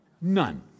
None